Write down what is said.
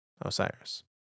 Osiris